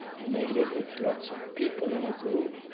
you may live with lots of people in a group,